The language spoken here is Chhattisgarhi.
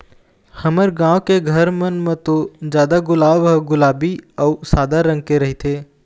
हमर गाँव के घर मन म तो जादा गुलाब ह गुलाबी अउ सादा रंग के रहिथे